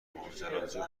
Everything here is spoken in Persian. ماجراجو